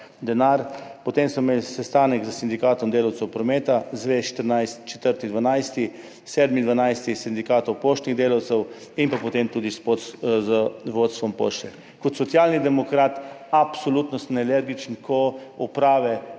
denar. Potem smo imeli sestanek s Sindikatom delavcev prometa in zvez, 4. 12., 7. 12. s Sindikatom poštnih delavcev in potem tudi z vodstvom Pošte. Kot socialni demokrat sem absolutno alergičen, ko uprave,